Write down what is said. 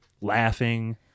laughing